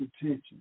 attention